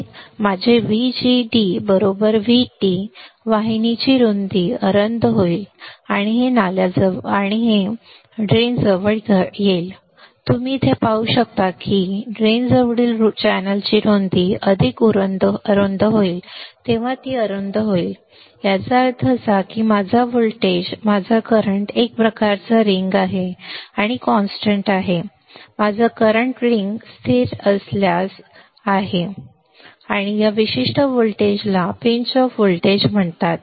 कारण माझे VDG VT वाहिनीची रुंदी अरुंद होईल आणि हे नाल्याजवळ घडेल आणि तुम्ही इथे पाहू शकता की नाल्याजवळील चॅनेलची रुंदी अरुंद होईल तेव्हा ती अरुंद होईल याचा अर्थ असा की माझा व्होल्ट माझा करंट एक प्रकारचा रिग आहे स्थिर आहे माझा वर्तमान रिग स्थिर उजव्यासारखा आहे आणि या विशिष्ट व्होल्टेजला पिंच ऑफ व्होल्टेज म्हणतात